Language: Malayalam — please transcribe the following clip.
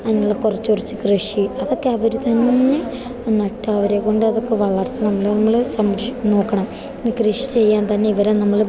അങ്ങനെയുള്ള കുറച്ച് കുറച്ച് കൃഷി അതൊക്കെ അവർ തന്നെ നട്ട് അവരെക്കൊണ്ട് അതൊക്കെ വളർത്തുക നമ്മൾ നമ്മൾ നോക്കണം കൃഷി ചെയ്യാൻ തന്നെ ഇവരെ നമ്മൾ